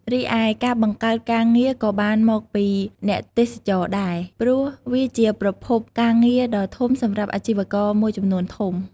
រីឯ ការបង្កើតការងារ ក៏បានមកពីអ្នកទេសចរណ៍ដែរ ព្រោះវាជាប្រភពការងារដ៏ធំសម្រាប់អាជីវករមួយចំនួនធំ។